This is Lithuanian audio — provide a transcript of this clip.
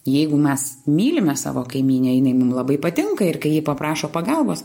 jeigu mes mylime savo kaimynę jinai mum labai patinka ir kai ji paprašo pagalbos